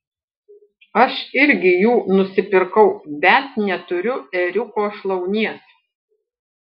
aš irgi jų nusipirkau bet neturiu ėriuko šlaunies